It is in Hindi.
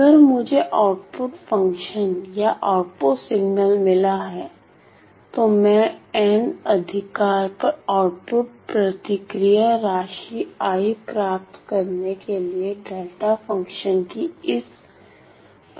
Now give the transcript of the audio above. अगर मुझे आउटपुट फंक्शन या आउटपुट सिग्नल मिला है तो मैं n अधिकार पर आउटपुट प्रतिक्रिया राशि प्राप्त करने के लिए डेल्टा फंक्शन की इस प्रॉपर्टी का उपयोग करता हूं